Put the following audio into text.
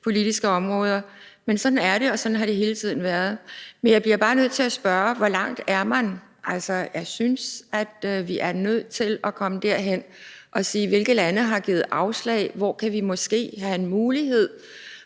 politiske områder. Men sådan er det, og sådan har det hele tiden været. Men jeg bliver bare nødt til at spørge, hvor langt man er. Jeg synes, at vi er nødt til at komme derhen og høre, hvilke lande der har givet afslag, og hvor vi måske kan have en mulighed.